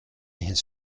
his